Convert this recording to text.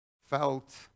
felt